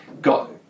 Got